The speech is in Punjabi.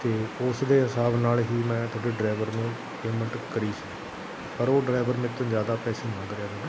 ਅਤੇ ਉਸਦੇ ਹਿਸਾਬ ਨਾਲ ਹੀ ਮੈਂ ਤੁਹਾਡੇ ਡਰਾਈਵਰ ਨੂੰ ਪੇਮੈਂਟ ਕਰੀ ਸੀ ਪਰ ਉਹ ਡਰਾਈਵਰ ਮੈਤੋਂ ਜ਼ਿਆਦਾ ਪੈਸੇ ਮੰਗ ਰਿਹਾ ਤੁਹਾਡਾ